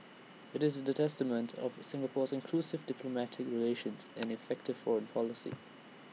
it's the testament of Singapore's inclusive diplomatic relations and effective foreign policy